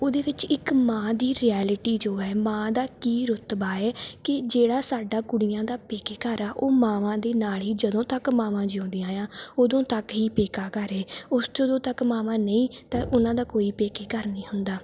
ਉਹਦੇ ਵਿੱਚ ਇੱਕ ਮਾਂ ਦੀ ਰਿਐਲਿਟੀ ਜੋ ਹੈ ਮਾਂ ਦਾ ਕੀ ਰੁਤਬਾ ਏ ਕਿ ਜਿਹੜਾ ਸਾਡਾ ਕੁੜੀਆਂ ਦਾ ਪੇਕੇ ਘਰ ਆ ਉਹ ਮਾਵਾਂ ਦੇ ਨਾਲ਼ ਹੀ ਜਦੋਂ ਤੱਕ ਮਾਵਾਂ ਜਿਉਂਦੀਆਂ ਏ ਆ ਉਦੋਂ ਤੱਕ ਹੀ ਪੇਕਾ ਘਰ ਏ ਉਸ ਜਦੋਂ ਤੱਕ ਮਾਵਾਂ ਨਹੀਂ ਤਾਂ ਉਹਨਾਂ ਦਾ ਕੋਈ ਪੇਕੇ ਘਰ ਨਹੀਂ ਹੁੰਦਾ